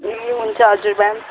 ए हुन्छ हजुर म्याम